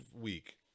week